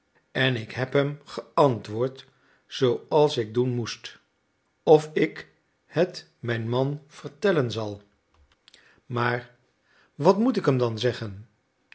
en ik heb hem geantwoord zooals ik doen moest of ik het mijn man vertellen zal maar wat moet ik hem dan zeggen